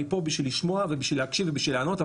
אני פה בשביל לשמוע ובשביל להקשיב ובשביל לענות.